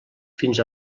fins